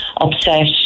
upset